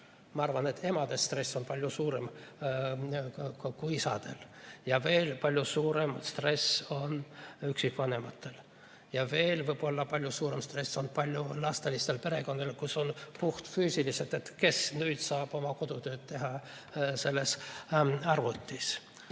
Ma arvan, et emade stress on palju suurem kui isadel ja veel palju suurem stress on üksikvanematel ja veel võib-olla palju suurem stress on paljulapselistel perekondadel, kus on puhtfüüsiliselt [probleem], et kes nüüd saab arvutis oma kodutööd teha. Samas ma ei